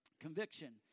Conviction